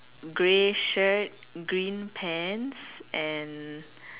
grey shirt green pants and